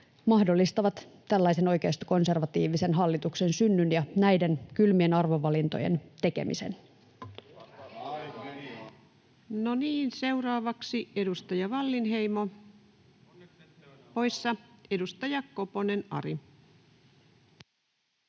mahdollistavat tällaisen oikeistokonservatiivisen hallituksen synnyn ja näiden kylmien arvovalintojen tekemisen. [Sheikki Laakson välihuuto] [Speech 195] Speaker: